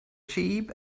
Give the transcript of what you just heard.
sheep